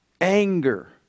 Anger